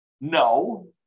no